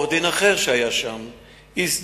עורך-דין אחר שהיה שם הזדהה,